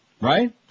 Right